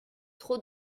trop